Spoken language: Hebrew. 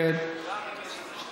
בכל הארץ,